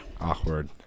Awkward